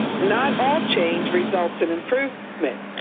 not all change results in improvement.